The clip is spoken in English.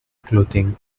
clothing